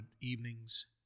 evenings